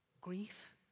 Grief